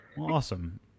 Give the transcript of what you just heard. Awesome